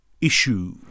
issue